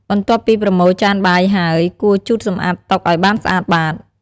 បន្ទាប់ពីប្រមូលចានបាយហើយ គួរជូតសម្អាតតុឱ្យបានស្អាតបាត។